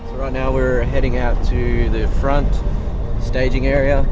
now, we're heading out to the front staging area